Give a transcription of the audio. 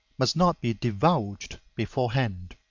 must not be divulged beforehand.